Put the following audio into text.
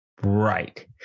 right